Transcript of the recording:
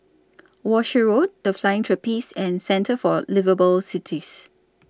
Walshe Road The Flying Trapeze and Centre For Liveable Cities